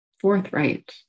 forthright